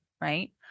right